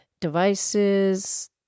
devices